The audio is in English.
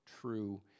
true